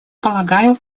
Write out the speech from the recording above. полагаю